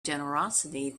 generosity